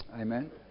Amen